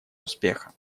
успеха